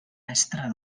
mestre